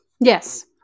Yes